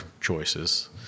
choices